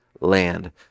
land